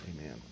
Amen